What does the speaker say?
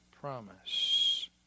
promise